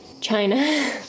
China